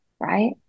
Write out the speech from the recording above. right